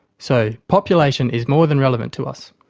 so, population is more than relevant to us.